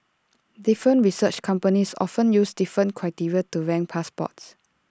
different research companies often use different criteria to rank passports